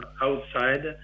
outside